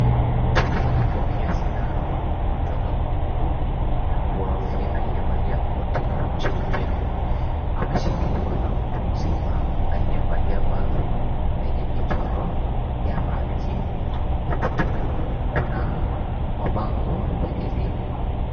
Mtoto anapokea sindano kutoka kwa mhudumu wa afya aliyevalia koti jeupe. Ameshikiliwa na mtu mzima aliyevalia vazi wenye michoro ya rangi. Ukutani kuna mabango ya elimu.